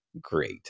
great